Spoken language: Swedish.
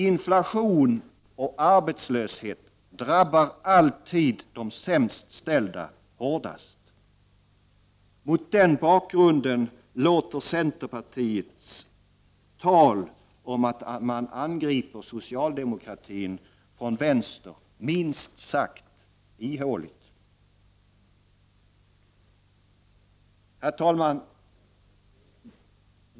Inflation och arbetslöshet drabbar alltid de sämst ställda hårdast. Mot den bakgrunden låter centerpartiets tal om att man angriper socialdemokratin från vänster minst sagt ihåligt. Herr talman!